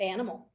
Animal